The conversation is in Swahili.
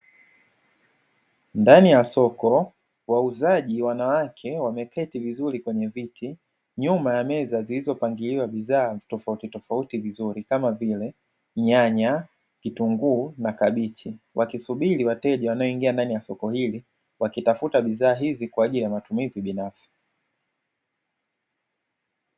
Ndani ya soko wauzaji wanawake wameketi vizuri kwenye viti, nyuma ya meza zilizopangiliwa bidhaa tofauti tofauti vizuri kama vile nyanya kitunguu na kabichi wakisubiri wateja wanaingia ndani ya soko hili wakitafuta bidhaa hizi kwa ajili ya matumizi binafsi.